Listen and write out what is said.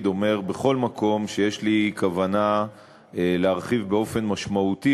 אומר בכל מקום שיש לי כוונה להרחיב באופן משמעותי